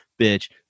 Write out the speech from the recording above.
bitch